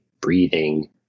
breathing